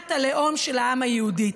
מדינת הלאום של העם היהודי.